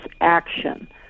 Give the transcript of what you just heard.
action